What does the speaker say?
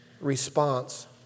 response